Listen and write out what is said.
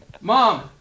Mom